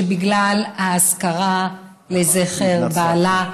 שבגלל האזכרה לבעלה,